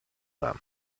them